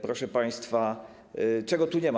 Proszę państwa, czego tu nie ma.